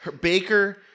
Baker